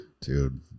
Dude